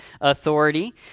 authority